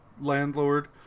landlord